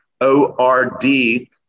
O-R-D